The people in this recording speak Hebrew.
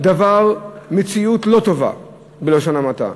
זה דבר, מציאות לא טובה בלשון המעטה,